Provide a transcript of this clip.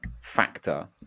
factor